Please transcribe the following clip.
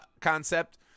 concept